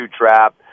trap